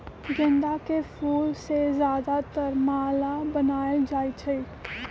गेंदा के फूल से ज्यादातर माला बनाएल जाई छई